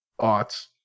aughts